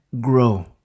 grow